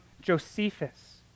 Josephus